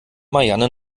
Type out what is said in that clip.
marianne